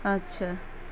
اچھا